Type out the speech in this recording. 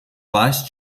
vice